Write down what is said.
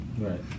Right